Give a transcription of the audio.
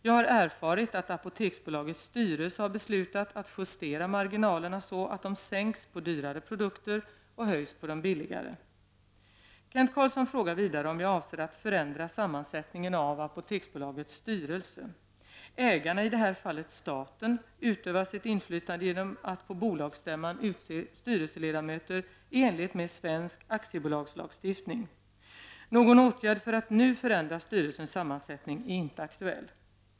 Jag har erfarit att Apoteksbolagets styrelse har beslutat att justera marginalerna så att de sänks på dyrare produkter och höjs på de billigare. Kent Carlsson frågar vidare om jag avser att förändra sammansättningen av Apoteksbolagets styrelse. Ägarna, i det här fallet staten, utövar sitt inflytande genom att på bolagsstämman utse styrelseledamöter i enlighet med svensk aktiebolagslagstiftning. Något åtgärd för att nu förändra styrelsens sammansättning är inte aktuell.